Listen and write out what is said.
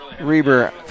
Reber